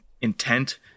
intent